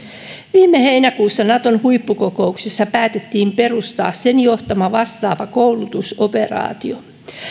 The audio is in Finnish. viime heinäkuussa naton huippukokouksessa päätettiin perustaa sen johtama vastaava koulutusoperaatio